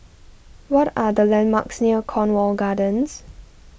what are the landmarks near Cornwall Gardens